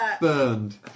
burned